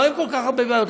ולא היו כל כך הרבה בעיות.